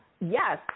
yes